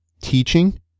teaching